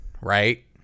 right